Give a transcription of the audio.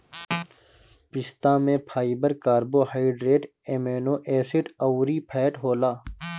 पिस्ता में fibre, carbohydrate, amino acid अउरी फैट होला